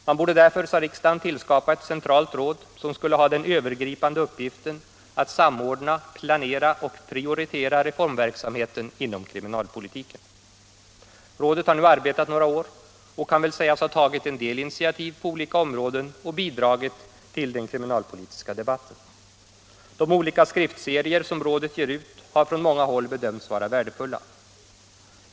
Man borde därför, sade riksdagen, tillskapa ett centralt råd, som skulle ha den övergripande uppgiften att samordna, planera och prioritera reformverksamheten inom kriminalpolitiken. Rådet har nu arbetat några år och kan väl sägas ha tagit en del initiativ på olika områden och bidragit till den kriminalpolitiska debatten. De olika skriftserier som rådet ger ut har från många håll bedömts vara värdefulla.